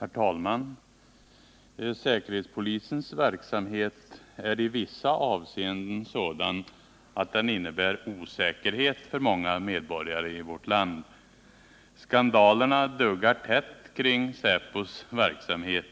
Herr talman! Säkerhetspolisens verksamhet är i vissa avseenden sådan att den innebär osäkerhet för många medborgare i vårt land. Skandalerna duggar tätt kring säpos verksamhet.